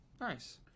Nice